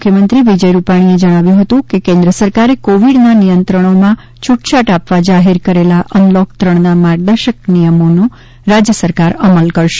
મુખ્યમંત્રી વિજય રૂપાણીએ જણાવ્યું હતું કે કેન્દ્ર સરકારે કોવીડના નિયંત્રણોમાં છૂટછાટ આપવા જાહેર કરે લા અનલોક ત્રણના માર્ગદર્શક નિયમોનો રાજ્ય સરકાર અમલ કરશે